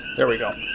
there we go.